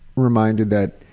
reminded that,